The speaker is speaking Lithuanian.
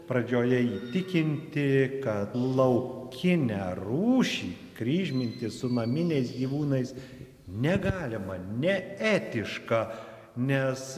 pradžioje įtikinti kad laukinę rūšį kryžminti su naminiais gyvūnais negalima neetiška nes